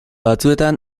batzuetan